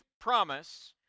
promise